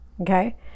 Okay